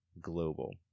global